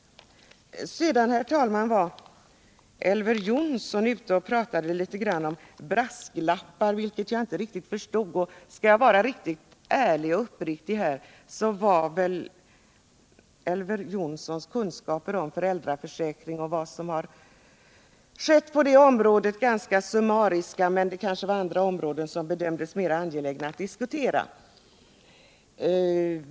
Sedan, herr talman, talade Elver Jonsson litet grand om brasklappar, vilket jag inte riktigt förstod. Och skall jag vara riktigt ärlig och uppriktig, så var väl Elver Jonssons kunskaper om föräldraförsäkringen och vad som hänt på detta område ganska summariska, men det kanske var andra områden som bedömdes mer angelägna att diskutera.